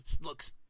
looks